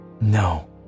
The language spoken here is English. No